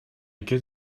good